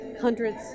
hundreds